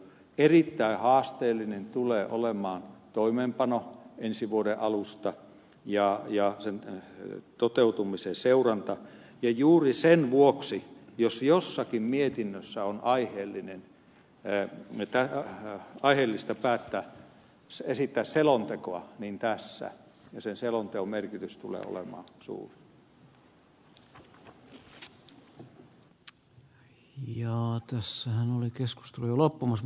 erittäin haasteellinen tulee olemaan toimeenpano ensi vuoden alusta ja sen toteutumisen seuranta ja juuri sen vuoksi jos jostakin mietinnöstä on aiheellista esittää selontekoa niin tässä ja sen selonteon merkitys tulee olemaan suuri